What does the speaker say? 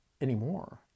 anymore